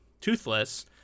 toothless